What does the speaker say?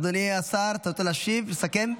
אדוני השר, אתה רוצה להשיב, לסכם?